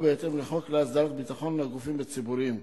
בהתאם לחוק להסדרת הביטחון בגופים ציבוריים.